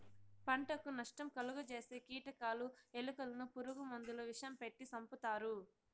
పంటకు నష్టం కలుగ జేసే కీటకాలు, ఎలుకలను పురుగు మందుల విషం పెట్టి సంపుతారు